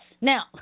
Now